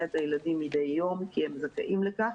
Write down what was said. את הילדים מידי יום כי הם זכאים לכך,